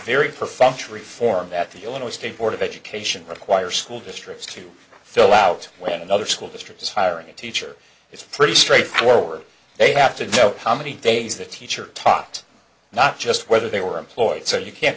perfunctory form that the illinois state board of education requires school districts to fill out when another school district is hiring a teacher it's pretty straightforward they have to know how many days the teacher talked not just whether they were employed so you can